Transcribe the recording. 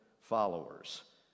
followers